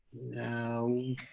No